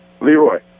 Leroy